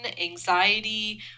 anxiety